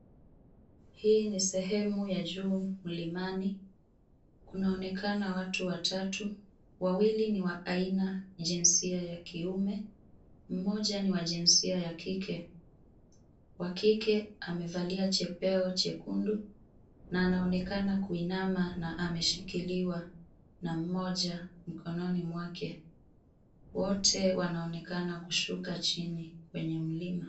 Hii ni sehemu ya juu mlimani. Kunaonekana watu, wawili ni aina jinsia ya kiume, mmoja ni wa jinsia ya kike. Wa kike amevalia jepeo jekundu na anaonekana kuinama na ameshikilia na mmoja mikononi mwake. Wote wanaonekana kushuka chini kwenye mlima.